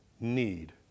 Need